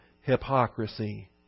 hypocrisy